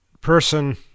person